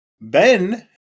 ben